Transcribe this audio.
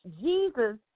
Jesus